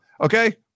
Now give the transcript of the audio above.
Okay